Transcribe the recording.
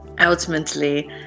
Ultimately